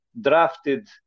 drafted